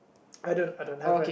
I don't I don't have right